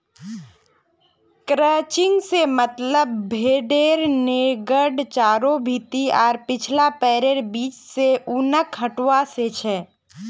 crutching से मतलब भेडेर नेंगड चारों भीति आर पिछला पैरैर बीच से ऊनक हटवा से छ